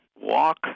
walk